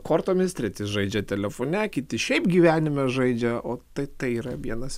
kortomis treti žaidžia telefone kiti šiaip gyvenime žaidžia o tai tai yra vienas